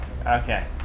Okay